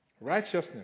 Righteousness